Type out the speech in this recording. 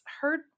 heard